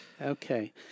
Okay